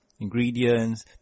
ingredients